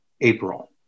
April